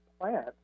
plant